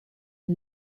and